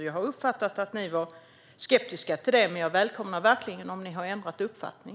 Jag har tidigare uppfattat att ni var skeptiska till det, men jag välkomnar verkligen om ni har ändrat uppfattning.